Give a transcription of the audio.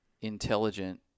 intelligent